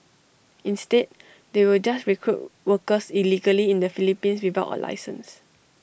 instead they will just recruit workers illegally in the Philippines without A licence